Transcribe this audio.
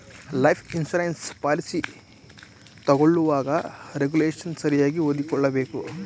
life insurance policy ತಗೊಳ್ಳುವಾಗ regulation ಸರಿಯಾಗಿ ಓದಿಕೊಳ್ಳಬೇಕು